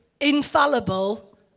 infallible